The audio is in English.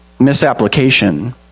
Misapplication